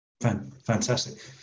Fantastic